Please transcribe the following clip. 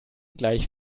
gleich